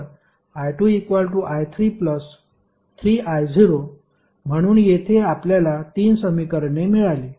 तर i2i33I0 म्हणून येथे आपल्याला तीन समीकरणे मिळाली